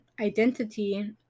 identity